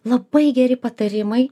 labai geri patarimai